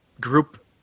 group